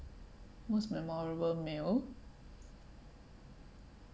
most memorable meal